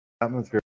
atmosphere